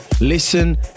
listen